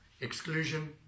exclusion